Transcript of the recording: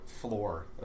floor